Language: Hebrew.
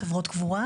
חבר הכנסת